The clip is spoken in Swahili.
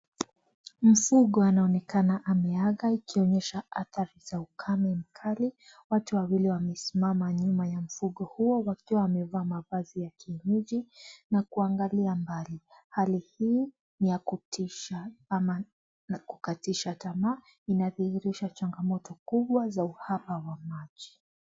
Mfugo anaonekana ameaga ikionyesha adhari za ukame mkali. Watu wawili wamesimama nyuma ya mfugo huu wakiwa wamevaa mavazi ya kiuji na kuangalia mbali. Hali hii ni ya kutisha ama ya kukatisha tamaa inaadhirisha changamoto kubwa za uhaba wa maji.